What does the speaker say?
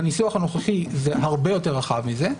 בניסוח הנוכחי זה הרבה יותר רחב מזה.